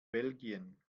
belgien